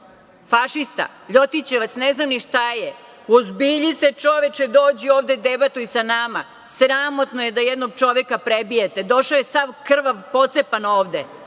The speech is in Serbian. – fašista, ljotićevac, ne znam ni šta je. Uozbilji se, čoveče, dođi ovde, debatuj sa nama. Sramotno je da jednog čoveka prebijete. Došao je sav krvav, pocepan ovde.